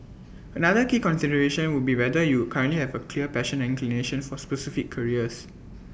another key consideration would be whether you currently have A clear passion and inclination for specific careers